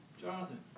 Jonathan